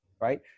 right